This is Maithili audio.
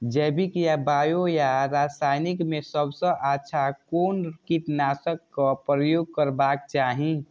जैविक या बायो या रासायनिक में सबसँ अच्छा कोन कीटनाशक क प्रयोग करबाक चाही?